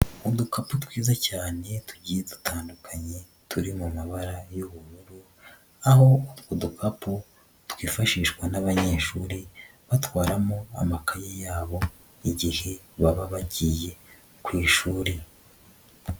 Udukapu twiza cyane tugiye dutandukanye turi mu mabara y'ubururu, aho utwo dukapu twifashishwa n'abanyeshuri batwaramo amakaye yabo igihe baba bagiye ku ishuri.